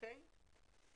כמו